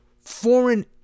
foreign